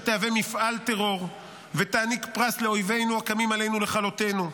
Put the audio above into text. תהווה מפעל טרור ותעניק פרס לאויבינו הקמים עלינו לכלותנו.